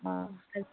অঁ